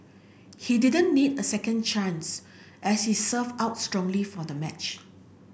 he didn't need a second chance as he served out strongly for the match